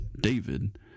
David